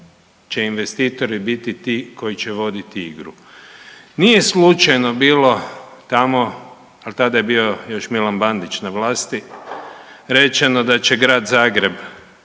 će investitori biti ti koji će voditi igru. Nije slučajno bilo tamo jer tada je bio još Milan Bandić na vlasti, rečeno da će Grad Zagreb